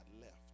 left